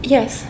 Yes